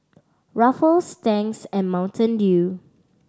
Ruffles Tangs and Mountain Dew